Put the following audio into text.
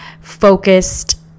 focused